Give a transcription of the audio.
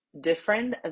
different